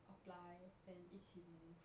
apply then 一起 move